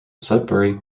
sudbury